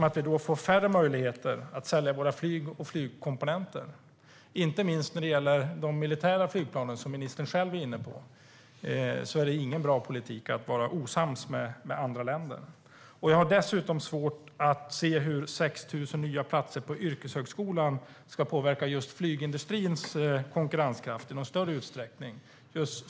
Vi får då färre möjligheter att sälja våra flyg och flygkomponenter. Inte minst när det gäller de militära flygplanen, som ministern själv är inne på, är det inte någon bra politik att vara osams med andra länder. Jag har dessutom svårt att se hur 6 000 nya platser på yrkeshögskolan ska påverka just flygindustrins konkurrenskraft i någon större utsträckning.